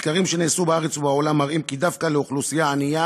מחקרים שנעשו בארץ ובעולם מראים כי דווקא לאוכלוסייה ענייה